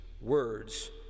words